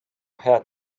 head